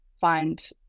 find